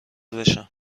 بشم